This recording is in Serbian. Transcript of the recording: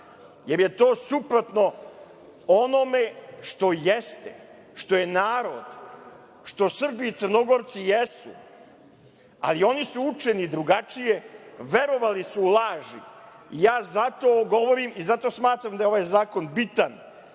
jer je to suprotno onome što jeste, što je narod, što Srbi i Crnogorci jesu, ali oni su učeni drugačije. Verovali su u laži. Ja zato ovo govorim i zato smatram da je ovaj zakon bitan,